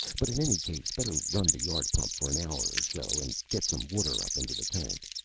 but in any case, better run the yard pump for an hour or so and get some water up into the tank.